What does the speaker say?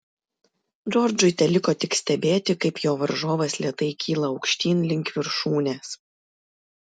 džordžui teliko tik stebėti kaip jo varžovas lėtai kyla aukštyn link viršūnės